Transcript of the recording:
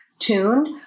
tuned